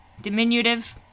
diminutive